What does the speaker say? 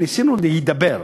ניסינו להידבר,